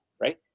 right